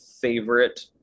favorite